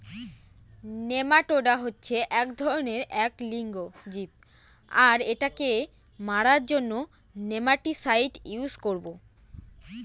nematoda হচ্ছে এক ধরনের এক লিঙ্গ জীব আর এটাকে মারার জন্য নেমাটিসাইড ইউস করবো